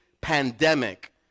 pandemic